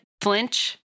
flinch